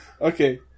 Okay